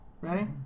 Ready